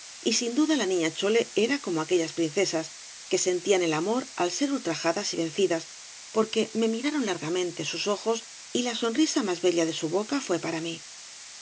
y sin duda la niña chole era como aquellas princesas que sentían el amor al ser ultrajadas y vencidas porque me miraron largamente sus ojos y la sonrisa más bella de su boca fué para mí